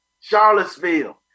charlottesville